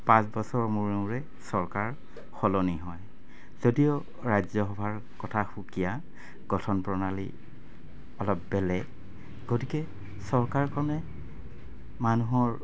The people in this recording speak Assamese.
পাঁচ বছৰৰ মূৰে মূৰে চৰকাৰ সলনি হয় যদিও ৰাজ্যসভাৰ কথা সুকীয়া গঠন প্ৰণালী অলপ বেলেগ গতিকে চৰকাৰখনে মানুহৰ